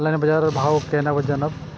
Online बाजार भाव केना जानब?